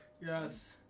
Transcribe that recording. Yes